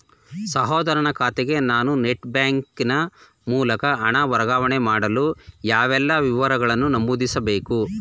ಸಹೋದರನ ಖಾತೆಗೆ ನಾನು ನೆಟ್ ಬ್ಯಾಂಕಿನ ಮೂಲಕ ಹಣ ವರ್ಗಾವಣೆ ಮಾಡಲು ಯಾವೆಲ್ಲ ವಿವರಗಳನ್ನು ನಮೂದಿಸಬೇಕು?